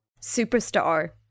Superstar